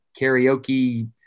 karaoke